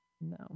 No